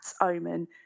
omen